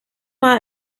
mal